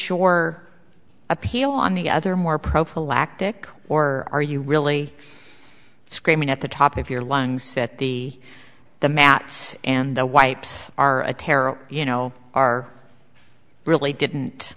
issue or appeal on the other more prophylactic or are you really screaming at the top of your lungs that the the mats and the wipes are a terrible you know are really didn't